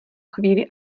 chvíli